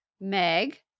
meg